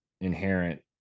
inherent